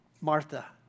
Martha